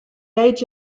age